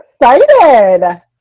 excited